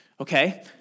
Okay